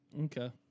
Okay